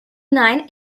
nine